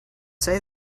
say